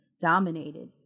dominated